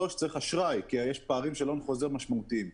צריך גם אשראי כי יש פערים משמעותיים של הון חוזר.